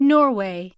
Norway